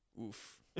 Oof